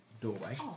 doorway